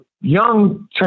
young